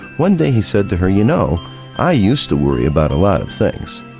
one day he said to her, you know i used to worry about a lot of things.